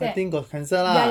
I think got cancer lah